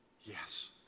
Yes